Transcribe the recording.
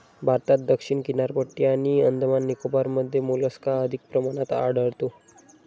भारतात दक्षिण किनारपट्टी आणि अंदमान निकोबारमध्ये मोलस्का अधिक प्रमाणात आढळतो